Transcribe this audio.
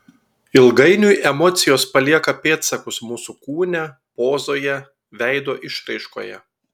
ilgainiui emocijos palieka pėdsakus mūsų kūne pozoje veido išraiškoje